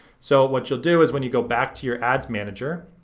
so what you'll do is, when you go back to your ads manager,